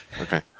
okay